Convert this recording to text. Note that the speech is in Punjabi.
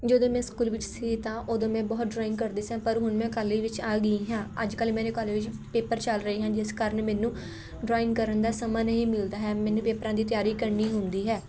ਜਦੋਂ ਮੈਂ ਸਕੂਲ ਵਿੱਚ ਸੀ ਤਾਂ ਉਦੋਂ ਮੈਂ ਬਹੁਤ ਡਰੋਇੰਗ ਕਰਦੀ ਸਾਂ ਪਰ ਹੁਣ ਮੈਂ ਕਾਲਜ ਵਿੱਚ ਆ ਗਈ ਹਾਂ ਅੱਜ ਕੱਲ੍ਹ ਮੇਰੇ ਕਾਲਜ ਵਿੱਚ ਪੇਪਰ ਚੱਲ ਰਹੇ ਹਨ ਜਿਸ ਕਾਰਨ ਮੈਨੂੰ ਡਰੋਇੰਗ ਕਰਨ ਦਾ ਸਮਾਂ ਨਹੀਂ ਮਿਲਦਾ ਹੈ ਮੈਨੂੰ ਪੇਪਰਾਂ ਦੀ ਤਿਆਰੀ ਕਰਨੀ ਹੁੰਦੀ ਹੈ